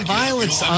violence